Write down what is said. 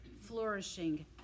flourishing